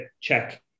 check